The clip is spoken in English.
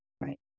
Right